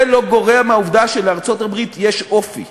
זה לא גורע מהעובדה שלארצות-הברית יש אופי,